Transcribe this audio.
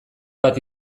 bat